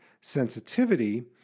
sensitivity